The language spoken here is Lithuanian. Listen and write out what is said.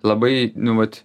labai nu vat